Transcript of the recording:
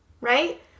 Right